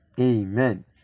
Amen